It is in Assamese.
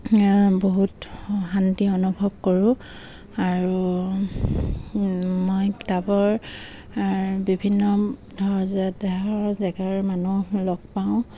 বহুত শান্তি অনুভৱ কৰোঁ আৰু মই কিতাপৰ বিভিন্ন ধৰ দেশৰ জেগাৰ মানুহ লগ পাওঁ